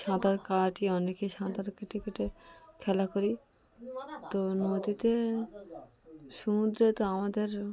সাঁতার কাটি অনেকেই সাঁতার কেটে কেটে খেলা করি তো নদীতে সমুদ্রে তো আমাদের